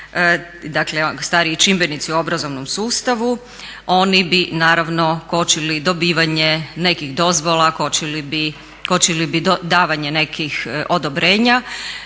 dakle stariji čimbenici u obrazovnom sustavu oni bi naravno kočili dobivanje nekih dozvola, kočili bi davanje nekih odobrenja